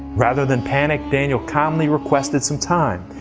rather than panic, daniel calmly requested some time,